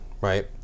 right